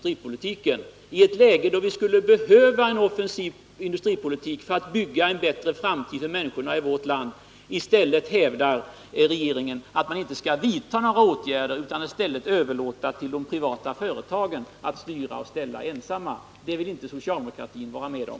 I ett läge där vi skulle behöva en offensiv industripolitik för att bygga en bättre framtid för människorna i värt irder utan i stället land hävdar regeringen att man inte skall vidta några åtg överlåta åt de privata företagen att styra och ställa ensamma. Det vill inte socialdemokratin vara med om.